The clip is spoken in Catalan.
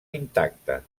intacta